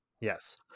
yes